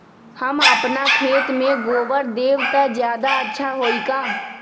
हम अपना खेत में गोबर देब त ज्यादा अच्छा होई का?